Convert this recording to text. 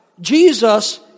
Jesus